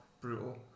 brutal